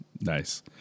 Nice